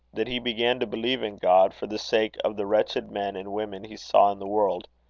that he began to believe in god for the sake of the wretched men and women he saw in the world.